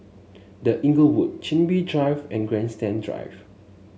The Inglewood Chin Bee Drive and Grandstand Drive